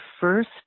first